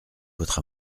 votre